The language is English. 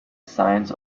signs